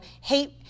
hate